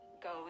goes